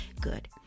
good